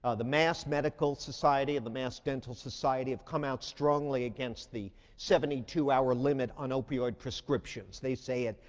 ah the mass. medical society and the mass. dental society have come out strongly against the seventy two hour limit on opioid prescriptions. they say it,